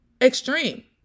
extreme